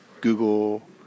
Google